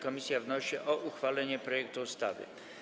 Komisja wnosi o uchwalenie projektu ustawy.